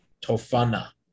tofana